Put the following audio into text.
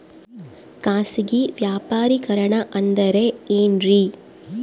ಖಾಸಗಿ ವ್ಯಾಪಾರಿಕರಣ ಅಂದರೆ ಏನ್ರಿ?